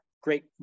great